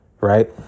right